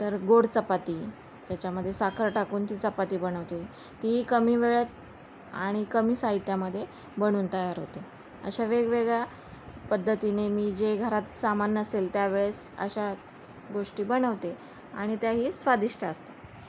तर गोड चपाती त्याच्यामध्ये साखर टाकून ती चपाती बनवते ती कमी वेळेत आणि कमी साहित्यामध्ये बनून तयार होते अशा वेगवेगळ्या पद्धतीने मी जे घरात सामान नसेल त्यावेळेस अशा गोष्टी बनवते आणि त्याही स्वादिष्ट असतं